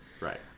Right